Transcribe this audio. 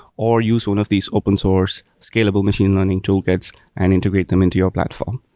or use one of these open source scalable machine learning toolkits and integrate them into your platform.